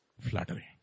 Flattery